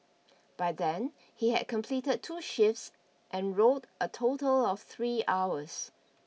by then he had completed two shifts and rowed a total of three hours